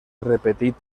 repetit